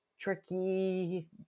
tricky